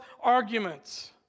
arguments